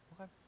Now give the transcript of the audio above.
Okay